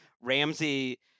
Ramsey